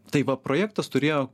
tai va projektas turėjo